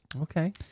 Okay